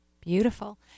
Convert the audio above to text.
Beautiful